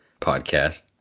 podcast